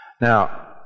Now